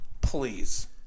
Please